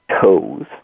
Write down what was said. toes